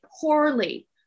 poorly